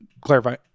clarify